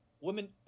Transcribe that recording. women